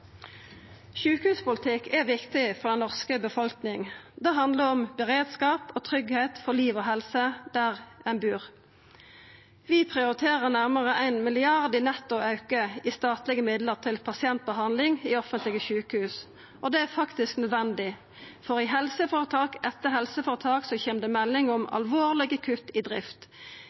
Sjukehuspolitikk er viktig for den norske befolkninga. Det handlar om beredskap og tryggleik for liv og helse der ein bur. Vi prioriterer nærmare 1 mrd. kr i netto auke i statlege midlar til pasientbehandling i offentlege sjukehus. Det er faktisk nødvendig, for i helseføretak etter helseføretak kjem det melding om alvorlege kutt i